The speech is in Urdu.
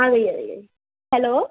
آ گئی آ گئی آئی ہلو